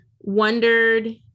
wondered